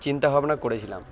চিন্তা ভাবনা করেছিলাম